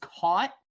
caught